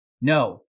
No